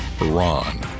iran